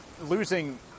losing